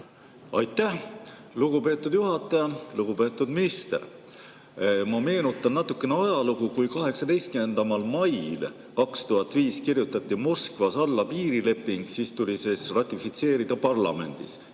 Aitäh, lugupeetud juhataja! Lugupeetud minister! Ma meenutan natukene ajalugu. Kui 18. mail 2005 kirjutati Moskvas alla piirileping, siis tuli see ratifitseerida parlamendis